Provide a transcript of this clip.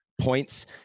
points